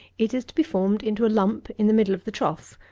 it is to be formed into a lump in the middle of the trough,